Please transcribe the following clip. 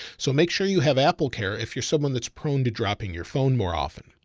so make sure you have apple care. if you're someone that's prone to dropping your phone more often.